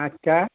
আচ্ছা